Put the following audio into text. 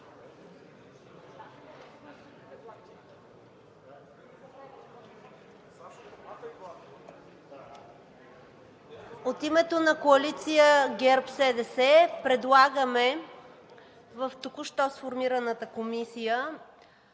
От името на коалиция ГЕРБ-СДС предлагаме в току-що сформираната комисия